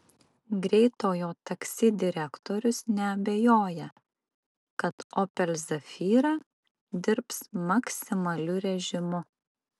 greitojo taksi direktorius neabejoja kad opel zafira dirbs maksimaliu režimu